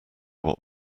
what